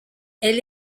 elle